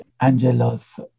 Angela's